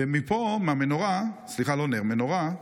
ומפה, מהמנורה, סליחה, לא נר, מנורה,